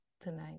tonight